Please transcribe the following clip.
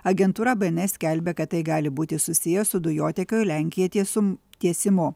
agentūra bns skelbia kad tai gali būti susiję su dujotiekio į lenkiją tiesum tiesimu